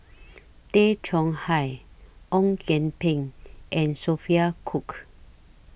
Tay Chong Hai Ong Kian Peng and Sophia Cooke